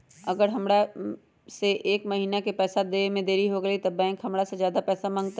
अगर हमरा से एक महीना के पैसा देवे में देरी होगलइ तब बैंक हमरा से ज्यादा पैसा मंगतइ?